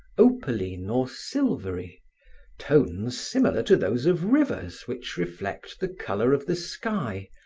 opaline or silvery tones similar to those of rivers which reflect the color of the sky,